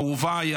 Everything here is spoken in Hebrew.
אהוביי,